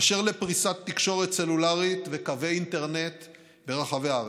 אשר לפריסת תקשורת סלולרית וקווי אינטרנט ברחבי הארץ,